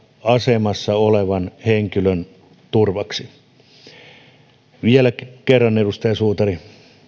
asemassa olevan henkilön turvaa vielä kerran edustaja suutari